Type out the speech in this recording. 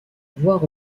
voir